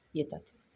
येतात